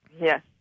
yes